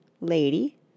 LADY